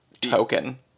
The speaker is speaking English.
Token